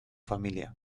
familia